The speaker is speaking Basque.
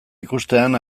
ikustean